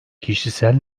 kişisel